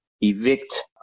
evict